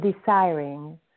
desiring